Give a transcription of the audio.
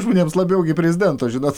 žmonėms labiau prezidento žinot